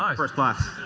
um first class.